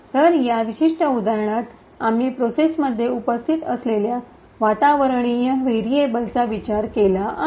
तर या विशिष्ट उदाहरणात आम्ही प्रोसेसमध्ये उपस्थित असलेल्या वातावरणीय व्हेरीएब्लचा विचार केला आहे